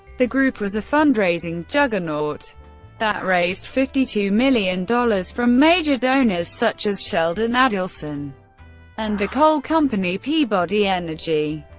the group was a fundraising juggernaut that raised fifty two million dollars from major donors, such as sheldon adelson and the coal company peabody energy.